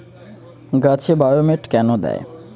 গাছে বায়োমেট কেন দেয়?